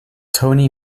tony